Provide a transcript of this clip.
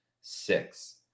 six